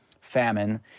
famine